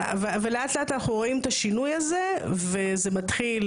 ולאט לאט אנחנו רואים את השינוי הזה וזה התחיל